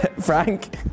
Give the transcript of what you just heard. Frank